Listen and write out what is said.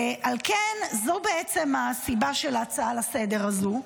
ועל כן, זו בעצם הסיבה של ההצעה לסדר הזו.